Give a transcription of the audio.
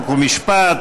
חוק ומשפט.